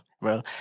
bro